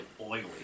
oily